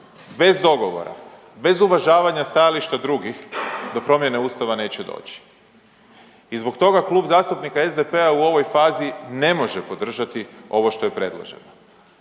bez dogovora, bez uvažavanja stajališta drugih, do promjene ustava neće doći. I zbog toga Klub zastupnika SDP-a u ovoj fazi ne može podržati ovo što je predloženo.